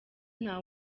nta